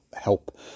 help